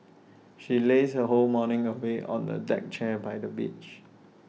she lazed her whole morning away on A deck chair by the beach